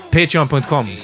patreon.com